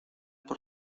por